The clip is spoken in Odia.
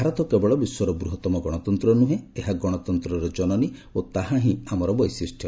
ଭାରତ କେବଳ ବିଶ୍ୱର ବୃହ ମ ଗଣତନ୍ତ୍ର ନୁହେଁ ଏହା ଗଣତନ୍ତ୍ରର ଜ୍ଜନନୀ ଓ ତାହା ହିଁ ଆମର ବୈଶିଷ୍ଟ୍ୟ